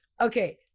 Okay